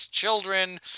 children